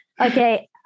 Okay